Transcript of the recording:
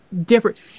different